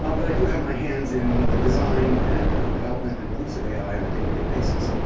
um but i do have my hands in the design and development and release of ai on a day-to-day basis.